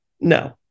no